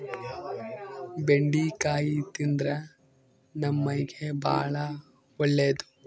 ಬೆಂಡಿಕಾಯಿ ತಿಂದ್ರ ನಮ್ಮ ಮೈಗೆ ಬಾಳ ಒಳ್ಳೆದು